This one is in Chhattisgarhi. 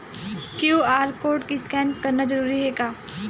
क्यू.आर कोर्ड स्कैन करना जरूरी हे का?